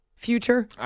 Future